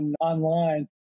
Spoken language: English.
online